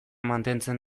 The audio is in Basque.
mantentzen